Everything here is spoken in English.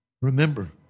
Remember